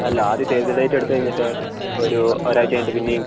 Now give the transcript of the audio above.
അല്ല ആദ്യം save the date എടുത്തു കഴിഞ്ഞിട്ട് ഒരു ഒരാഴ്ച്ച കഴിഞ്ഞിട്ട് പിന്നെയും